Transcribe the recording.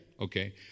okay